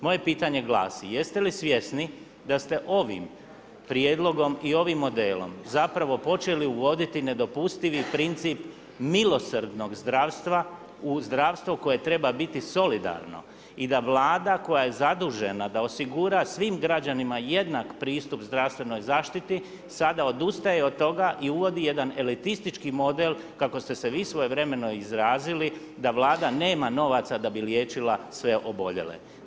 Moje pitanje glasi, jeste li svjesni da ste ovim prijedlogom i ovim modelom zapravo počeli uvoditi nedopustivi princip milosrdnog zdravstva u zdravstvo koje treba biti solidarno i da Vlada koja je zadužena da osigura svim građanima jednak pristup zdravstvenoj zaštiti, sada odustaje od toga i uvodi jedan elitistički model kako ste se vi svojevremeno izrazili da Vlada nema novaca da bi liječila sve oboljele.